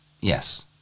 yes